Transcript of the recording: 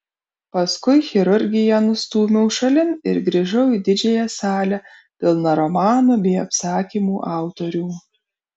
paskui chirurgiją nustūmiau šalin ir grįžau į didžiąją salę pilną romanų bei apsakymų autorių